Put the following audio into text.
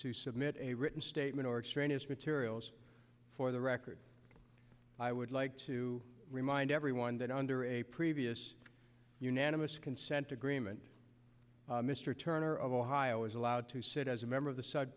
to submit a written statement or extraneous materials for the record i would like to remind everyone that under a previous unanimous consent agreement mr turner of ohio was allowed to sit as a member of the su